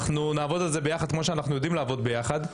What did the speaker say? אנחנו נעבוד על זה ביחד כמו שאנחנו יודעים לעבוד ביחד,